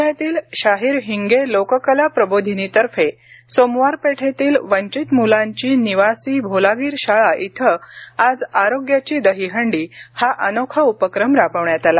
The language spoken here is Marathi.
पुण्यातील शाहीर हिंगे लोककला प्रबोधिनीतर्फे सोमवार पेठेतील वंचित मुलांची निवासी भोलागीर शाळा इथं आज आरोग्याची दहीहंडी हा अनोखा उपक्रम राबवण्यात आला